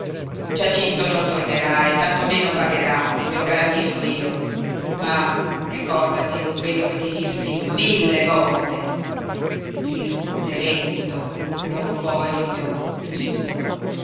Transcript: giacinto non tornerà e tanto meno pagherà te lo garantisco io ma ricordati quello che ti dissi mille volte il poderetto lo voglio io